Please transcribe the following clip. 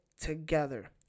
together